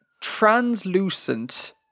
translucent